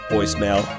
Voicemail